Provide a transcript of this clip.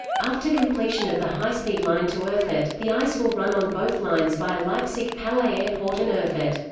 after completion of the high-speed line to erfurt, the ice will run on both lines via leipzig halle airport and erfurt.